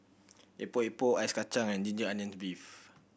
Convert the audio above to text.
Epok Epok ice kacang and ginger onions beef